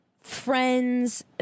friends